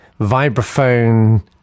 vibraphone